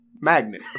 magnet